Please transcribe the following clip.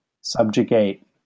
subjugate